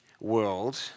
world